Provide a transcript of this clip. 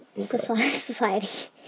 society